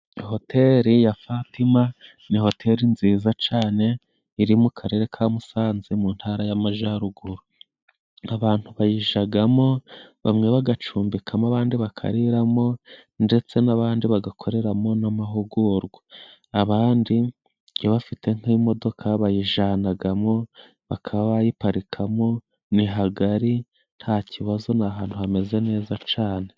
Hoteli ya fatima ni hoteli nziza cane iri mu karere ka Musanze mu ntara y'amajaruguru; abantu bayijagamo bamwe bagacumbikamo ,abandi bakariramo ndetse n'abandi bagakoreramo n'amahugurwa, abandi iyo bafite nk'imodoka bayijanagamo bakayiparikamo ni hagari nta kibazo ni ahantu hameze neza cane.